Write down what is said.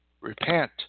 Repent